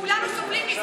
כולנו סובלים מזה.